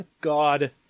God